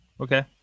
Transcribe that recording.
Okay